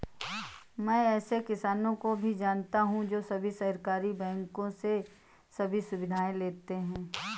मैं ऐसे किसानो को भी जानता हूँ जो सहकारी बैंक से सभी सुविधाएं लेते है